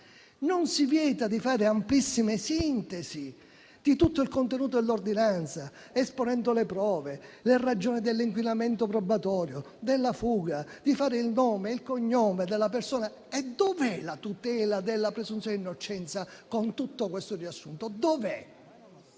Non si vieta di fare amplissime sintesi di tutto il contenuto dell'ordinanza esponendo le prove, le ragioni dell'inquinamento probatorio, della fuga, di fare il nome e il cognome della persona: dov'è la tutela della presunzione innocenza con tutto questo riassunto? Che